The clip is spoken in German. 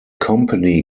company